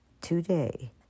today